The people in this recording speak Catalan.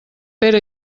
pere